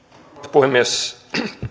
puhemies